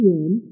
one